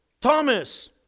Thomas